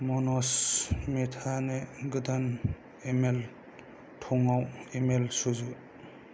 मनज मेथानो गोदान इमेल थंआव इमेल सुजु